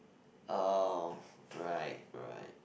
oh right right